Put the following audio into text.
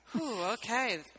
Okay